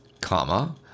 comma